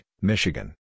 Michigan